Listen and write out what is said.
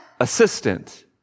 assistant